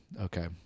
Okay